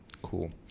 Cool